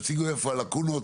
תציגו איפה הלקונות,